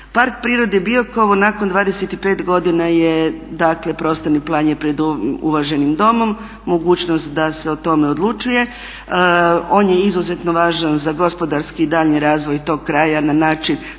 Park prirode Biokovo nakon 25 godina je prostorni plan je pred ovim uvaženim Domom, mogućnost da se o tome odlučuje. On je izuzetno važan za gospodarski i daljnji razvoj tog kraja na način da